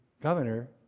governor